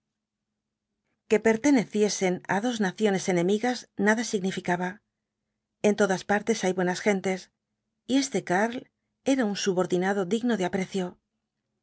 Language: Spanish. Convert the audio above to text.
que perteneciesen á dos naciones enemigas nada significaba en todas partes hay buenas gentes y este karl era un subordinado digno de aprecio